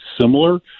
similar